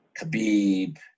Khabib